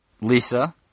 Lisa